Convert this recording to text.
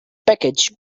package